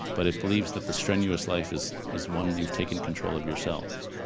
but it believes that the strenuous life is is one you've taken control of yourself.